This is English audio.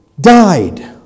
died